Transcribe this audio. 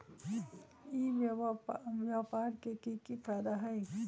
ई व्यापार के की की फायदा है?